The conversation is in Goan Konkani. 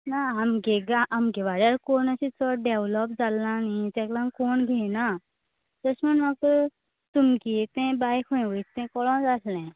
ना आमगे गांव आमगे वाड्यार कोण अशें चड डेवलप जालें ना न्हूं तेका लागून कोण घेयना तशें म्हण म्हाक तुमगे तें बाय खंय वयता तें कळो जाय आहलें